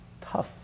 tough